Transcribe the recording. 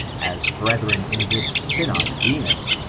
as brethren in this synod deem it,